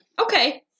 Okay